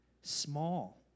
small